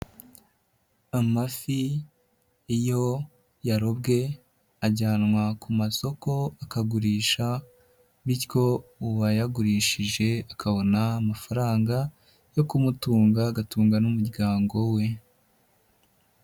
Amafi iyo yarobwe ajyanwa ku masoko akagurisha bityo uwayagurishije akabona amafaranga yo kumutunga agatunga n'umuryango we.